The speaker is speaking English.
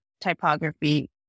typography